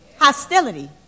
Hostility